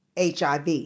HIV